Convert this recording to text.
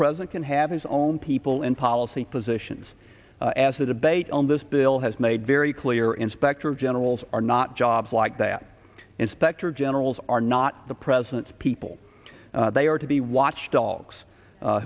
president can have his own people in policy positions as the debate on this bill has made very clear inspector generals are not jobs like that inspector generals are not the president's people they are to be watchdogs